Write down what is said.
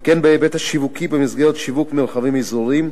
וכן בהיבט השיווקי במסגרת שיווק מרחבים אזוריים,